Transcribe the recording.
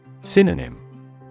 Synonym